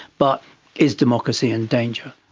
but is democracy in danger?